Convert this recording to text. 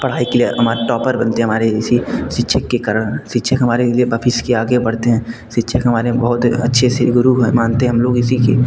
पढ़ाई के लिए हमारे टॉपर बनते हैं हमारे इसी शिक्षक के कारण शिक्षक हमारे लिए भबिष्य के आगे बढ़ते हैं शिक्षक हमारे बहुत अच्छे से गुरू हैं मानते हैं हम लोग इसी के